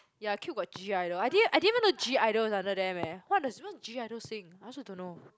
ya Cube got G-idle I didn't I didn't even know G-idle is under them lah Cube what does G-idle sings I also don't know